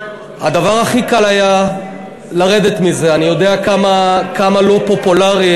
היה פיילוט שנכשל.